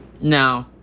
No